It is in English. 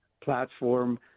platform